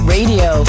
Radio